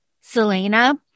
Selena